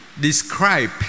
describe